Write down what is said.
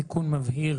זה תיקון מבהיר.